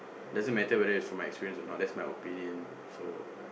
doesn't matter whether it is from my experience or not that's my opinion so